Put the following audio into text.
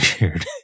weird